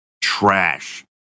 trash